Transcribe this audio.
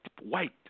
white